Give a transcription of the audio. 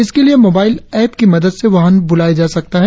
इसके लिए mobile app की मदद से वाहन बुलाया जा सकता है